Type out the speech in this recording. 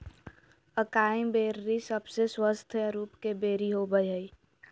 acai berry सबसे स्वस्थ रूप के बेरी होबय हइ